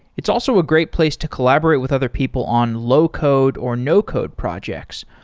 it's also a great place to collaborate with other people on low code or no code projects,